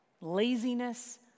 laziness